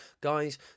Guys